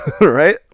right